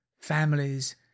families